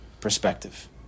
perspective